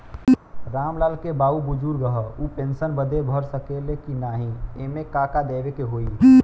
राम लाल के बाऊ बुजुर्ग ह ऊ पेंशन बदे भर सके ले की नाही एमे का का देवे के होई?